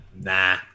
Nah